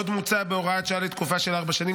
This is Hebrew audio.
עוד מוצע בהוראת שעה לתקופה של ארבע שנים,